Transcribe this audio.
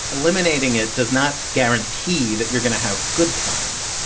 eliminating it does not guarantee that you're going to have good times.